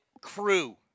crew